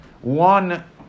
One